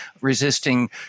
resisting